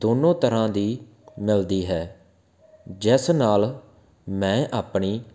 ਦੋਨੋਂ ਤਰ੍ਹਾਂ ਦੀ ਮਿਲਦੀ ਹੈ ਜਿਸ ਨਾਲ ਮੈਂ ਆਪਣੀ